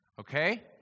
okay